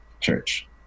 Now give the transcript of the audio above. church